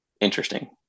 interesting